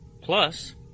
Plus